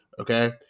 Okay